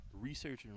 researching